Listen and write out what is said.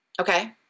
Okay